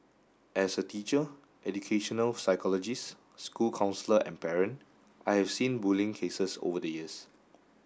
as a teacher educational psychologist school counsellor and parent I have seen bullying cases over the years